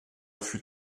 fut